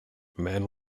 man